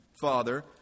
Father